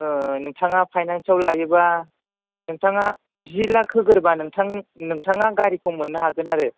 नोंथाङा फाइनान्सआव लायोबा नोंथाङा जि लाख होग्रोबा नोंथाङा गारिखौ मोनो हागोन आरो